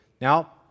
Now